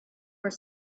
were